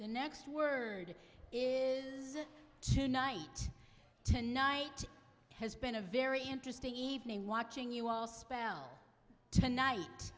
the next word is tonight tonight has been a very interesting evening watching you all spell tonight